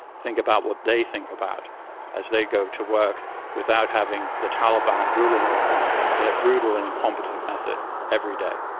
think about what they think about as they go to work without having the taliban ruling over them in a brutal and incompetent method every day.